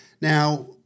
Now